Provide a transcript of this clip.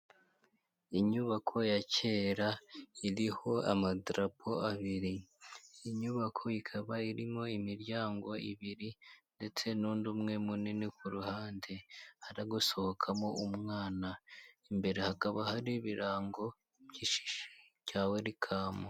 Inyubako ya kera iriho amadarapo abiri, inyubako ikaba irimo imiryango ibiri ndetse n'undi umwe munini ku ruhande, hari gusohokamo umwana imbere hakaba hari ibirango byinshi bya werikamu.